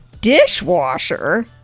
dishwasher